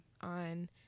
on